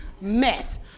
mess